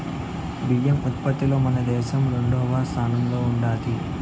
బియ్యం ఉత్పత్తిలో మన దేశం రెండవ స్థానంలో ఉండాది